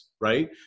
right